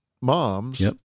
moms